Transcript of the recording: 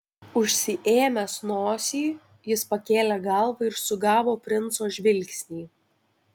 užsiėmęs nosį jis pakėlė galvą ir sugavo princo žvilgsnį